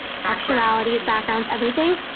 nationalities, backgrounds, everything.